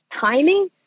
timing